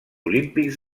olímpics